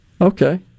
Okay